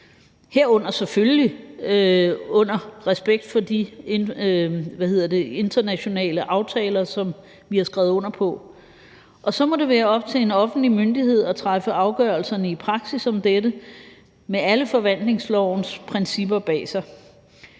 – selvfølgelig med respekt for de internationale aftaler, som vi har skrevet under på. Og så må det være op til en offentlig myndighed at træffe afgørelserne om dette i praksis med alle forvaltningslovens principper bag sig.